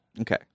Okay